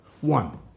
One